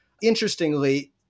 Interestingly